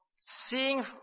seeing